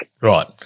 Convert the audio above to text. Right